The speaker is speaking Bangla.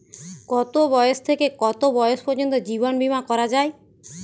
কতো বয়স থেকে কত বয়স পর্যন্ত জীবন বিমা করা যায়?